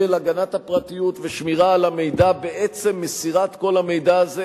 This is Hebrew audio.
של הגנת הפרטיות ושמירה על המידע בעצם מסירת כל המידע הזה,